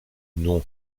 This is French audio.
nom